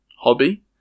hobby